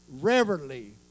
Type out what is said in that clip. Reverently